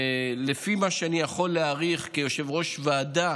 ולפי מה שאני יכול להעריך כיושב-ראש ועדה